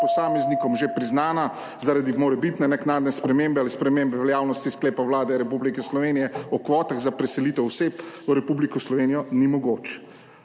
posameznikom že priznana zaradi morebitne naknadne spremembe ali spremembe veljavnosti sklepa Vlade Republike Slovenije o kvotah za preselitev oseb v Republiko Slovenijo ni mogoč.